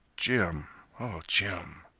jim oh, jim